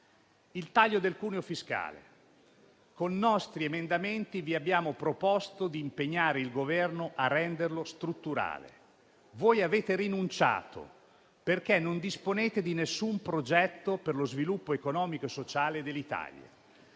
al taglio del cuneo fiscale. Con nostri emendamenti, noi vi abbiamo proposto di impegnare il Governo a renderlo strutturale. Voi avete rinunciato, perché non disponete di alcun progetto per lo sviluppo economico e sociale dell'Italia.